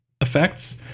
effects